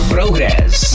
Progress